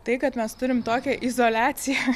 tai kad mes turim tokią izoliaciją